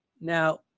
Now